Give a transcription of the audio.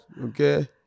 okay